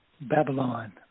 Babylon